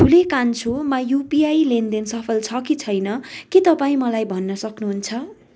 ठुले कान्छोमा युपिआई लेनदेन सफल छ कि छैन के तपाईँ मलाई भन्न सक्नुहुन्छ